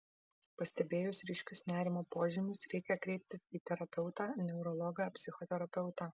pastebėjus ryškius nerimo požymius reikia kreiptis į terapeutą neurologą psichoterapeutą